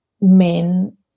men